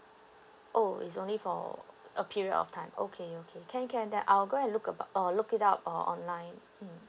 oh is only for a period of time okay okay can can then I'll go and look about uh look it up uh online mm